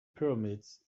pyramids